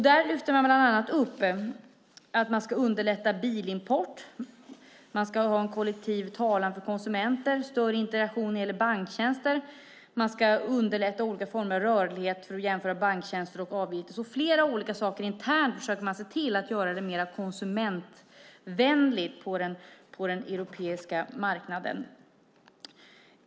Där lyfte man bland annat upp att man ska underlätta bilimport och att man ska ha en kollektiv talan för konsumenter och större interaktion när det gäller banktjänster. Man ska också underlätta olika former av rörlighet för att jämföra banktjänster och avgifter. Man försöker alltså se till att göra flera olika interna saker mer konsumentvänliga på den europeiska marknaden.